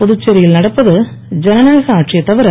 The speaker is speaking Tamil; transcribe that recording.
புதுச்சேரி யில் நடப்பது ஜனநாயக ஆட்சியே தவிர